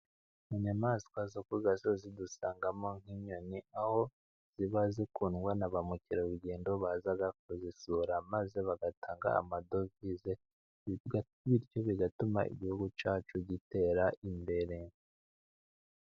Inyamaswa zo ku gasozi dusangamo nk'inyoni, aho ziba zikundwa na bamukerarugendo baza kuzisura maze bagatanga amadovize, bityo bigatuma igihugu cyacu gitera imbere.